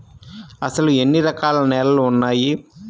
అసలు ఎన్ని రకాల నేలలు వున్నాయి?